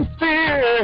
fear